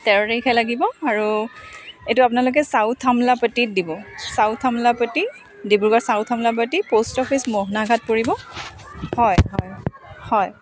তেৰ তাৰিখে লাগিব আৰু এইটো আপোনালোকে ছাউথ আমোলাপট্টিত দিব ছাউথ আমোলাপট্টি ডিব্ৰুগড় ছাউথ আমোলাপট্টিত প'ষ্ট অফিচ মোহনাঘাট পৰিব হয় হয় হয়